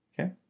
Okay